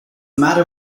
matter